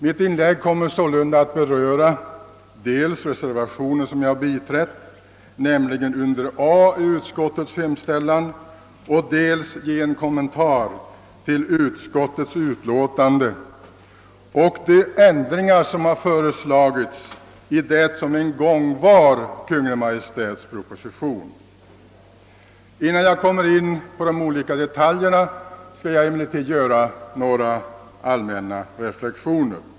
Mitt inlägg kommer således att beröra dels den reservation jag biträtt, nämligen reservationen I vid A i utskottets hemställan, dels utskottsutlåtandet i övrigt och de ändringar som har föreslagits i det som en gång var Kungl. Maj:ts proposition. Innan jag går in på de olika detaljerna skall jag emellertid göra några allmänna reflexioner.